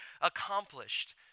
accomplished